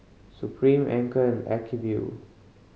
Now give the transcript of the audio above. Supreme Anchor and Acuvue